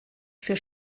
für